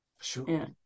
sure